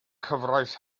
cyfraith